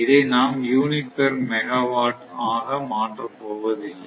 இதை நாம் unit per megawatt ஆக மாற்ற போவதில்லை